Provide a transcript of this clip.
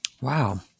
Wow